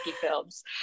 films